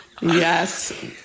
Yes